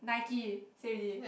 Nike say already